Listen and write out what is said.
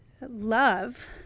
love